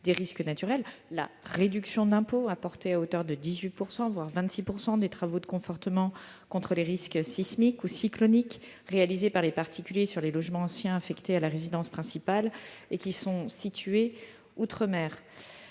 des risques naturels, la réduction d'impôt apportée à hauteur de 18 %, voire de 26 %, des travaux de confortement contre les risques sismiques ou cycloniques réalisés par les particuliers sur les logements anciens affectés à la résidence principale et qui sont situés outre-mer.